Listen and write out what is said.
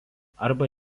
arba